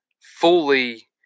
fully